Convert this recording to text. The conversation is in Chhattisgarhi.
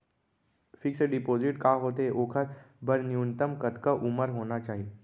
फिक्स डिपोजिट का होथे ओखर बर न्यूनतम कतका उमर होना चाहि?